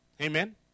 Amen